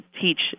teach